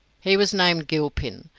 he was named gilpin,